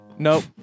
Nope